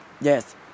Yes